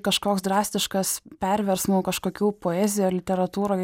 kažkoks drastiškas perversmų kažkokių poezija literatūroj